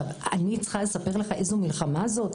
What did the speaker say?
אני צריכה לספר לך איזו מלחמה זאת?